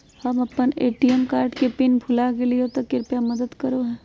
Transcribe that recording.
हम अप्पन ATM card के पिन भुला गेलिओ हे कृपया मदद कर हो